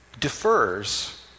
defers